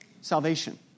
Salvation